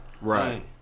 Right